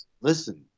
Listen